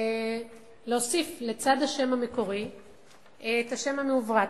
להוסיף לצד השם המקורי את השם המעוברת.